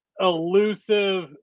elusive